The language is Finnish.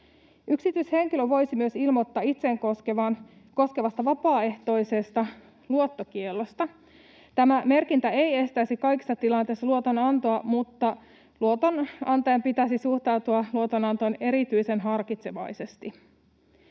Yksityishenkilö voisi myös ilmoittaa itseään koskevasta vapaaehtoisesta luottokiellosta. Tämä merkintä ei estäisi kaikissa tilanteissa luotonantoa, mutta luotonantajan pitäisi suhtautua luotonantoon erityisen harkitsevaisesti.